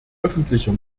öffentlicher